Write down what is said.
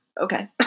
okay